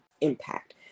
impact